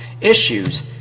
issues